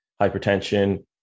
hypertension